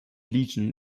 legion